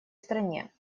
стране